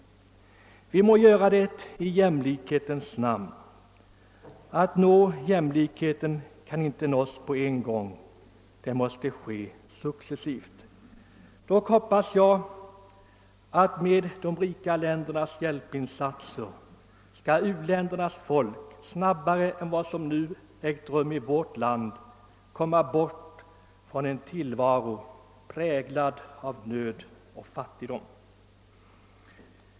Vi gör detta i jämlikhetens namn. Jämlikhet kan emellertid inte uppnås på en gång — den måste åstadkommas successivt. Dock hoppas jag att u-ländernas folk med de rika ländernas hjälp snabbare än vad som skett i vårt land skall kunna komma bort från en tillvaro, präglad av nöd och fattigdom.